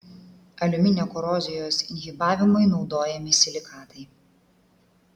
aliuminio korozijos inhibavimui naudojami silikatai